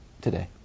Today